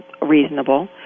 reasonable